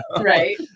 Right